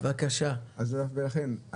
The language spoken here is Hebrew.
ולכן,